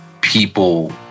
people